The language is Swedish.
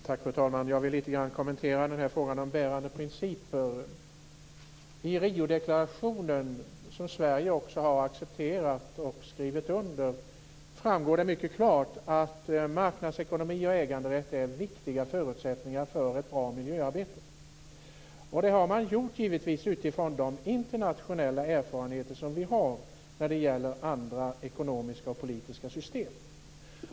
Fru talman! Jag vill litet grand kommentera frågan om bärande principer. I Riodeklarationen, som Sverige har accepterat och skrivit under, framgår det mycket klart att marknadsekonomi och äganderätt är viktiga förutsättningar för ett bra miljöarbete. Detta bygger givetvis på de internationella erfarenheter vi har när det gäller andra ekonomiska och politiska system.